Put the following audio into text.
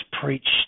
preached